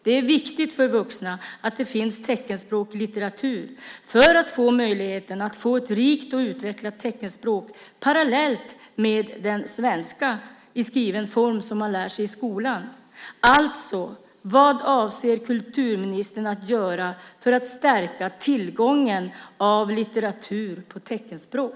Det är viktigt för vuxna att det finns teckenspråkig litteratur för att få möjlighet till ett rikt och utvecklat teckenspråk, parallellt med den svenska i skriven form som man lär sig i skolan. Vad avser alltså kulturministern att göra för att stärka tillgången till litteratur på teckenspråk?